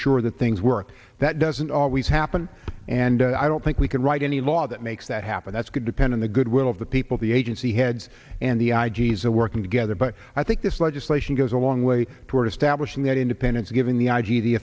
sure that things work that doesn't always happen and i don't think we could write any law that makes that happen that's could depend on the goodwill of the people the agency heads and the i g s the working together but i think this legislation goes a long way toward establishing that independence given the i